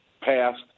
passed